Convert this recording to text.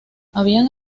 habían